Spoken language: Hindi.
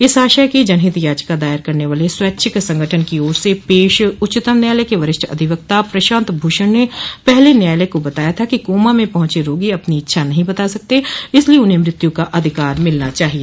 इस आशय की जनहित याचिका दायर करने वाले स्वैच्छिक संगठन की ओर से पेश उच्चतम न्यायालय के वरिष्ठ अधिवक्ता प्रशांत भूषण ने पहले न्यायालय को बताया था कि कोमा में पहुंचे रोगी अपनी इच्छा नहीं बता सकता इसलिए उन्हें मृत्यु का अधिकार मिलना चाहिए